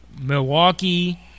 Milwaukee